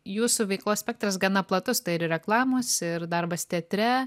jūsų veiklos spektras gana platus tai ir reklamos ir darbas teatre